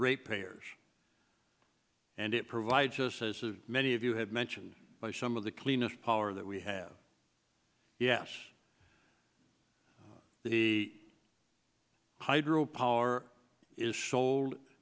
ratepayers and it provides just as many of you have mentioned by some of the cleanest power that we have yes the hydro power is sold